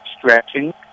Stretching